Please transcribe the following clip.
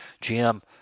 Jim